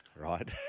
right